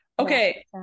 okay